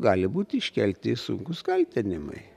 gali būti iškelti sunkūs kaltinimai